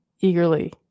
eagerly